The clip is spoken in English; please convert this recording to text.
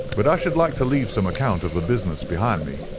but i should like to leave some account of the business behind me.